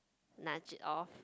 nudge it off